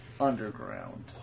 Underground